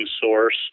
source